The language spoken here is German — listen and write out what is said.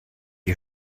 ihr